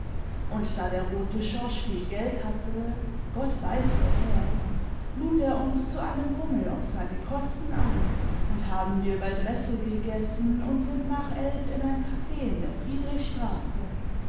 und da der rote schorsch viel geld hatte gott weiß woher lud er uns zu einem bummel auf seine kosten ein und haben wir bei dressel gegessen und sind nach elf in ein caf in der friedrichstraße